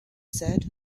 said